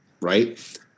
right